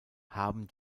haben